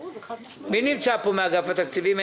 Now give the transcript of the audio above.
מי נמצא פה מאגף התקציבים?